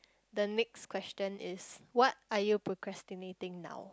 the next question is what are you procrastinating now